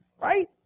right